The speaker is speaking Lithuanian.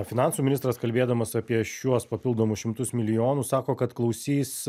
finansų ministras kalbėdamas apie šiuos papildomus šimtus milijonų sako kad klausys